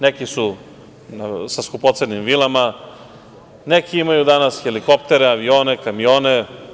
Neki su sa skupocenim vilama, neki imaju danas helikoptere, avione, kamione.